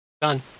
done